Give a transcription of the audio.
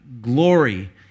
glory